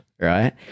Right